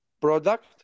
product